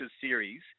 series